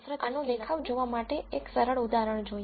ચાલો હવે આનો દેખાવ જોવા માટે એક સરળ ઉદાહરણ જોઈએ